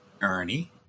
Ernie